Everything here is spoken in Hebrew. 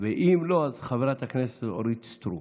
אם לא, חברת הכנסת אורית סטרוק.